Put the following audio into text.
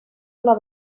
una